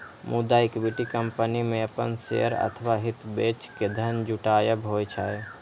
मुदा equity company मे अपन शेयर अथवा हित बेच के धन जुटायब होइ छै